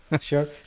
sure